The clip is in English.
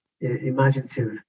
imaginative